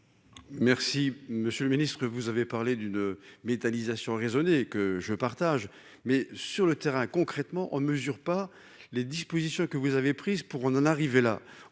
Merci monsieur le ministre, vous avez parlé d'une méthanisation raisonné que je partage, mais sur le terrain concrètement en mesure pas les dispositions que vous avez prises pour on en arriver là,